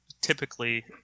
typically